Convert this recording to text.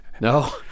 No